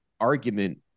argument